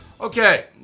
Okay